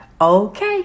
Okay